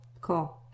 cool